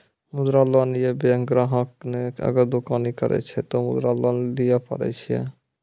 मुद्रा लोन ये बैंक ग्राहक ने अगर दुकानी करे छै ते मुद्रा लोन लिए पारे छेयै?